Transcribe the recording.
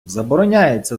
забороняється